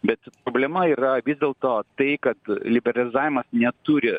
bet problema yra vis dėlto tai kad liberalizavimas neturi